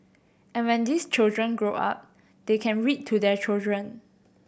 and when these children grow up they can read to their children